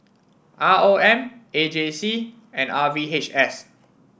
R O M A J C and R V H S